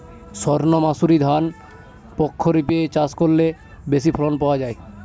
সর্ণমাসুরি ধান প্রক্ষরিপে চাষ করলে বেশি ফলন পাওয়া যায়?